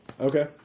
Okay